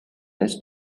less